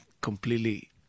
completely